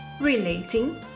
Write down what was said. Relating